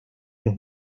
los